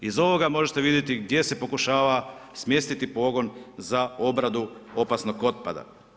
Iz ovoga možete vidjeti gdje se pokušava smjestiti pogon za obradu opasnog otpada.